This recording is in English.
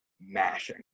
mashing